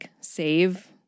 save